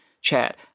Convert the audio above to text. chat